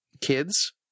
kids